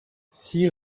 six